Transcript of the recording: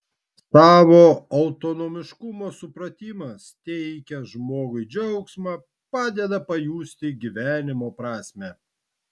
savo autonomiškumo supratimas teikia žmogui džiaugsmą padeda pajusti gyvenimo prasmę